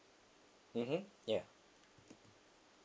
mmhmm yeah